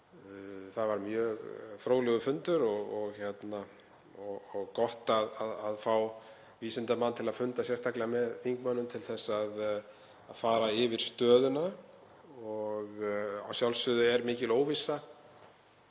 Það var mjög fróðlegur fundur og gott að fá vísindamann til að funda sérstaklega með þingmönnum til að fara yfir stöðuna. Að sjálfsögðu er mikil óvissa